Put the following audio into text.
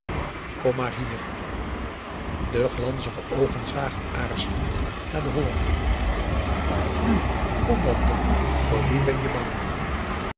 kom maar hier de glanzige oogen zagen aarzelend naar den hollander nu kom dan toch voor wien ben je bang